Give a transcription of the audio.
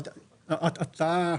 אתה,